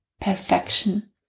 perfection